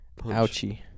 Ouchie